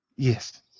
Yes